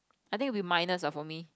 I think it will be minus lah for me